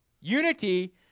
Unity